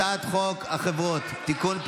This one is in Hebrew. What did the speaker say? הצעת חוק החברות (תיקון,